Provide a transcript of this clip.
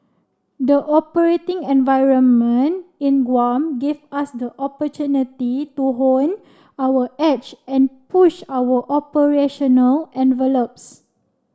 the operating environment in Guam gave us the opportunity to hone our edge and push our operational envelopes